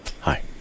Hi